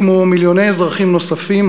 כמו מיליוני אזרחים נוספים,